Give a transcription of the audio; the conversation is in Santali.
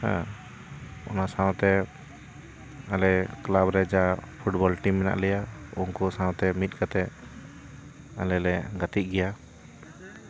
ᱦᱮᱸ ᱚᱱᱟ ᱥᱟᱶᱛᱮ ᱟᱞᱮ ᱠᱞᱟᱵᱽ ᱨᱮ ᱡᱟ ᱯᱷᱩᱴᱵᱚᱞ ᱴᱤᱢ ᱢᱮᱱᱟᱜ ᱞᱮᱭᱟ ᱩᱱᱠᱩ ᱥᱟᱶᱛᱮ ᱢᱤᱫ ᱠᱟᱛᱮ ᱟᱞᱮ ᱞᱮ ᱜᱟᱛᱮᱜ ᱜᱮᱭᱟ